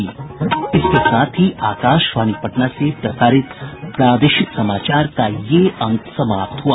इसके साथ ही आकाशवाणी पटना से प्रसारित प्रादेशिक समाचार का ये अंक समाप्त हुआ